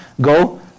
go